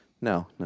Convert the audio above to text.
No